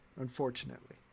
unfortunately